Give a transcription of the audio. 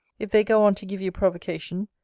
if they go on to give you provocation,